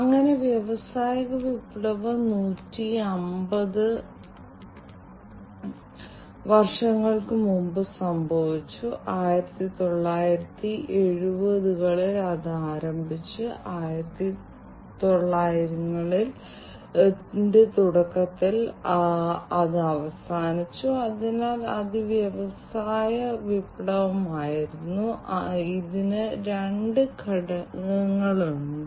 അതിനാൽ ഭൂഗർഭ ഖനികളിൽ തത്സമയം തുടർച്ചയായി വാതക നിരീക്ഷണം വളരെ പ്രധാനമാണ് അതനുസരിച്ച് വളരെ ദോഷകരമായ വാതകത്തിന്റെ സാന്ദ്രത ഒരു പരിധിയിലോ പരിധിയിലോ വർദ്ധിച്ചിട്ടുണ്ടെങ്കിൽ ഖനിത്തൊഴിലാളികൾക്കോ അല്ലെങ്കിൽ അലേർട്ടുകൾ സൃഷ്ടിക്കുന്നത് വളരെ പ്രധാനമാണ്